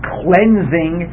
cleansing